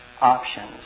options